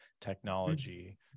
technology